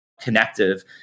connective